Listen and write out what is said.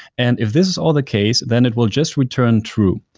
and if this is all the case, then it will just return true,